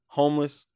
homeless